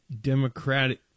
Democratic